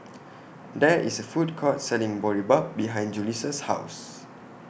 There IS A Food Court Selling Boribap behind Julissa's House